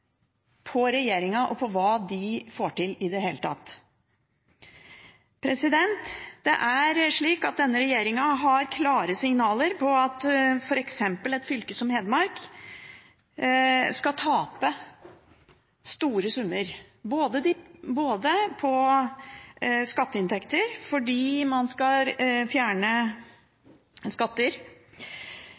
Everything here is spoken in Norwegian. på regjeringen og hva de får til i det hele tatt. Denne regjeringen har klare signaler på at f.eks. et fylke som Hedmark kommer til å tape store summer, både på skatteinntekter, fordi man skal fjerne skatter,